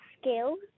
skills